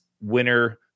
winner